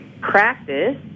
practice